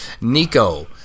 Nico